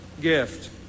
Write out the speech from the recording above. gift